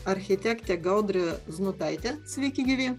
architektė gaudrė znutaitė sveiki gyvi